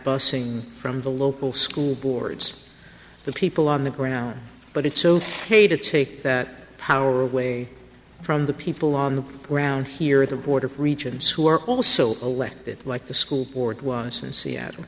have from the local school boards the people on the ground but it's paid to take that power away from the people on the ground here at the board of regents who are also elected like the school board in seattle